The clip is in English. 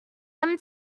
them